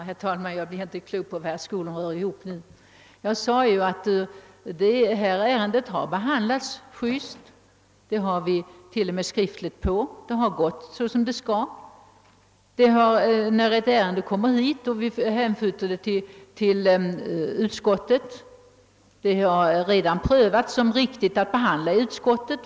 Herr talman! Jag blir inte klok på vad herr Skoglund rör ihop nu. Jag sade, att ärendet har behandlats på ett alldeles riktigt sätt — det har vi t.o.m. skriftligt bevis på. Det har gått till så som det skall. ärendet har kommit in och hänskjutits till utskottet. Ärendet har redan befunnits riktigt att behandla i utskottet.